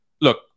look